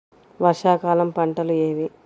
వర్షాకాలం పంటలు ఏవి?